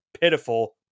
pitiful